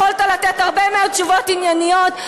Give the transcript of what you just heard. יכולת לתת הרבה מאוד תשובות ענייניות,